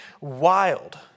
wild